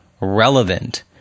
relevant